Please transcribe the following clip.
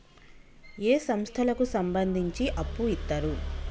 ఏ సంస్థలకు సంబంధించి అప్పు ఇత్తరు?